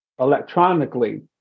electronically